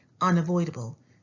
unavoidable